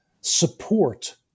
support